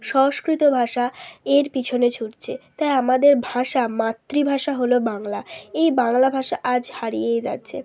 সংস্কৃত ভাষা এর পিছনে ছুটছে তাই আমাদের ভাষা মাতৃভাষা হলো বাংলা এই বাংলা ভাষা আজ হারিয়েই যাচ্ছে